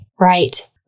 Right